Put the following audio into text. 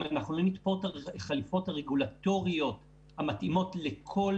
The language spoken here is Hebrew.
אם לא נתפור את החליפות הרגולטוריות המתאימות לכל